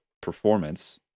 performance